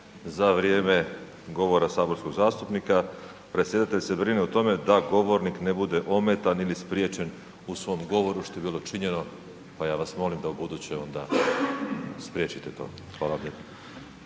za vrijeme govora saborskog zastupnika predsjedatelj se brine o tome da govornik ne bude ometan ili spriječen u svom govoru, što je bilo činjeno, pa ja vas molim da ubuduće onda spriječite to. Hvala vam